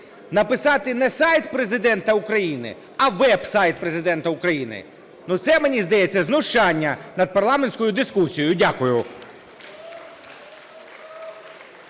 написати не "сайт Президента України", а "веб-сайт Президента України". Ну це, мені здається, знущання над парламентською дискусією. Дякую.